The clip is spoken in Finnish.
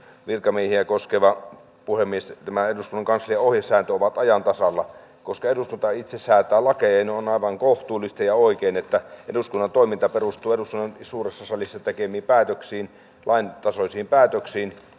virkamiehiä koskeva eduskunnan kanslian ohjesääntö ovat ajan tasalla koska eduskunta itse säätää lakeja niin on aivan kohtuullista ja oikein että eduskunnan toiminta perustuu eduskunnan suuressa salissa tekemiin lain tasoisiin päätöksiin